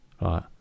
Right